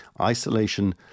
Isolation